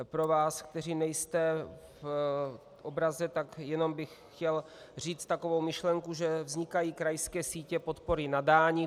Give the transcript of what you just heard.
Pro vás, kteří nejste v obraze, jenom bych chtěl říct takovou myšlenku, že vznikají krajské sítě podpory nadání.